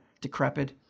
decrepit